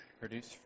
produce